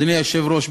אדוני היושב-ראש,